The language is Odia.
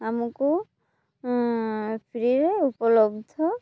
ଆମକୁ ଫ୍ରିରେ ଉପଲବ୍ଧ